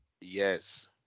yes